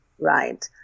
right